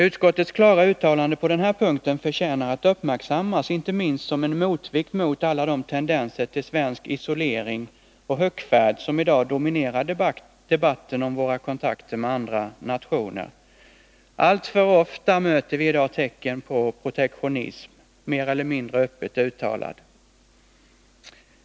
Utskottets klara uttalande på den här punkten förtjänar att uppmärksammas inte minst som en motvikt till alla de tendenser till svensk isolering och högfärd som i dag dominerar debatten om våra kontakter med andra nationer. Alltför ofta möter vi i dag tecken på protektionism, mer eller mindre öppet uttalad.